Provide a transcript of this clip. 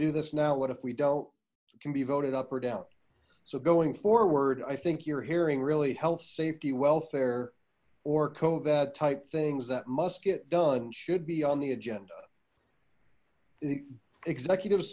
do this now what if we don't can be voted up or down so going forward i think you're hearing really health safety welfare or cove ad type things that must get done should be on the agenda the executive